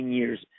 years